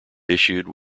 issued